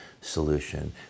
solution